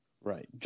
Right